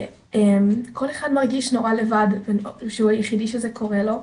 וכל אחד מרגיש נורא לבד, שהוא היחידי שזה קורה לו,